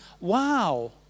wow